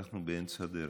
ואנחנו באמצע הדרך.